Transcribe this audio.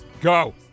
Go